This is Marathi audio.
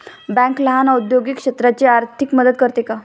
बँक लहान औद्योगिक क्षेत्राची आर्थिक मदत करते का?